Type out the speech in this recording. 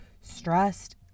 stressed